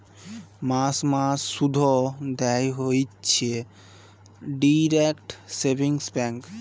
মাস মাস শুধ দেয় হইছে ডিইরেক্ট সেভিংস ব্যাঙ্ক